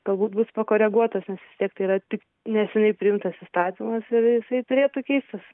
galbūt bus pakoreguotas nes vis tiek tai yra tik neseniai priimtas įstatymas ir jisai turėtų keistis